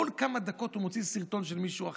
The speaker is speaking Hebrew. כל כמה דקות הוא מוציא סרטון של מישהו אחר: